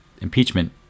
impeachment